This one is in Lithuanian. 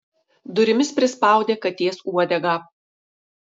durimis prispaudė katės uodegą